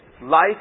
Life